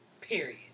period